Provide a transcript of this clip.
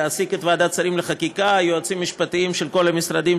להעסיק את ועדת השרים לחקיקה ויועצים משפטיים של כל המשרדים,